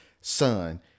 Son